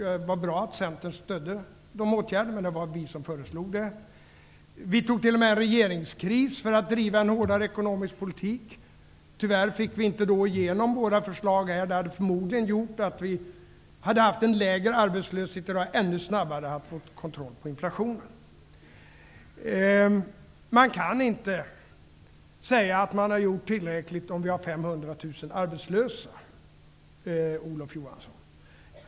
Det var bra att Centern stödde den, men det var vi som föreslog åtgärden. Vi tog t.o.m. till en regeringskris för att kunna driva en hårdare ekonomisk politik. Tyvärr fick vi inte igenom våra förslag. I så fall hade arbetslösheten förmodligen varit lägre, och vi hade ännu snabbare kunnat få kontroll över inflationen. Man kan inte säga att man har gjort tillräckligt, när det finns 500 000 arbetslösa, Olof Johansson.